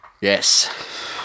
Yes